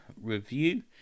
review